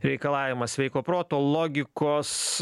reikalavimas sveiko proto logikos